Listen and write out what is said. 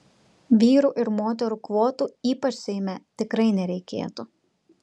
vyrų ir moterų kvotų ypač seime tikrai nereikėtų